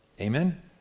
Amen